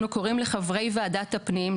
אנו קוראים לחברי ועדת הפנים,